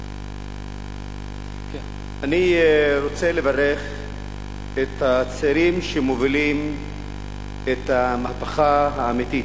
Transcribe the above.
אני רוצה לברך את הצעירים שמובילים את המהפכה האמיתית,